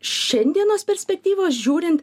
šiandienos perspektyvos žiūrint